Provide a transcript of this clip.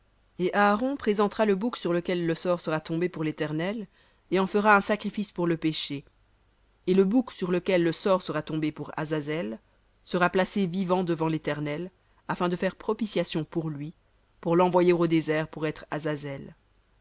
et aaron présentera le bouc sur lequel le sort sera tombé pour l'éternel et en fera un sacrifice pour le péché et le bouc sur lequel le sort sera tombé pour azazel sera placé vivant devant l'éternel afin de faire propitiation sur lui pour l'envoyer au désert pour être